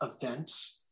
events